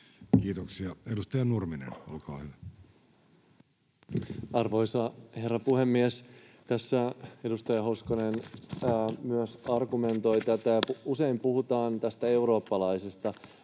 Kiitoksia. — Edustaja Nurminen, olkaa hyvä. Arvoisa herra puhemies! Tässä edustaja Hoskonen myös argumentoi tätä, kun usein puhutaan tästä eurooppalaisesta